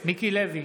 מיקי לוי,